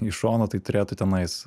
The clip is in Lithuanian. iš šono tai turėtų tenais